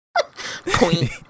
Point